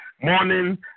morning